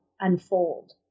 unfold